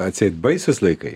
atseit baisūs laikai